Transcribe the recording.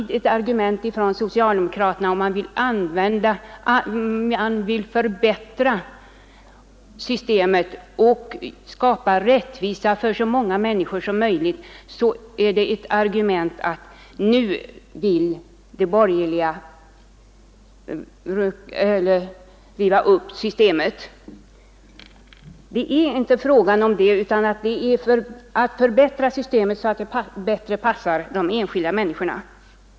Då vi vill söka förbättra systemet och skapa rättvisa för så många människor som möjligt, möts man alltid från socialdemokraterna av det argumentet, att de borgerliga vill riva upp systemet. Det är inte alls fråga om det, utan om att förbättra systemet, så att det bättre passar de enskilda människorna.